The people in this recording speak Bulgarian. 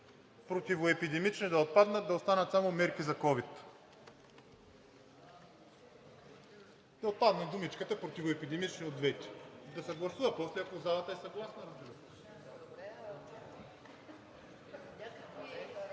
„противоепидемични“ да отпаднат и да останат само „мерки за ковид“. Да отпадне думичката „противоепидемични“ от двете. Да се гласува после и ако залата е съгласна, разбира се.